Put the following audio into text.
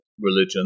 religion